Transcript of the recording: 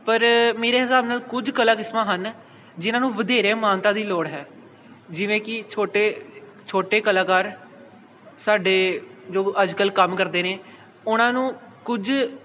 ਪਰ ਮੇਰੇ ਹਿਸਾਬ ਨਾਲ ਕੁਝ ਕਲਾ ਕਿਸਮਾਂ ਹਨ ਜਿਹਨਾਂ ਨੂੰ ਵਧੇਰੇ ਮਾਨਤਾ ਦੀ ਲੋੜ ਹੈ ਜਿਵੇਂ ਕਿ ਛੋਟੇ ਛੋਟੇ ਕਲਾਕਾਰ ਸਾਡੇ ਜੋ ਅੱਜ ਕੱਲ੍ਹ ਕੰਮ ਕਰਦੇ ਨੇ ਉਹਨਾਂ ਨੂੰ ਕੁਝ